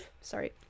sorry